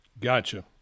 Gotcha